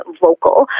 vocal